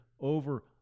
over